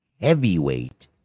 Heavyweight